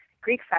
Greek